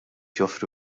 joffri